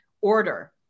order